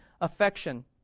Affection